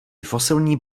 fosilní